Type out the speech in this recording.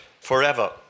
forever